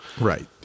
Right